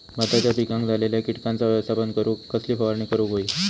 भाताच्या पिकांक झालेल्या किटकांचा व्यवस्थापन करूक कसली फवारणी करूक होई?